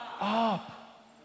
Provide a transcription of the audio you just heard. up